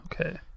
Okay